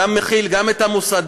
מכיל גם את המוסד,